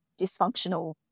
dysfunctional